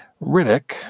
Riddick